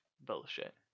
bullshit